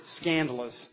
scandalous